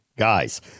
Guys